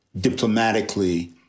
diplomatically